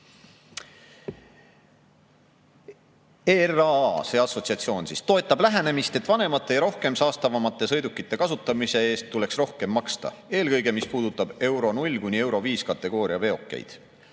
Assotsiatsioon: "ERAA toetab lähenemist, et vanemate ja rohkem saastavamate sõidukite kasutamise eest tuleks rohkem maksta, eelkõige mis puudutab EURO0 – EUROV kategooria veokeid.